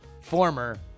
former